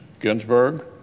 Ginsburg